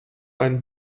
einen